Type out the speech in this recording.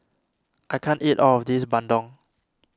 I can't eat all of this Bandung